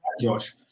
Josh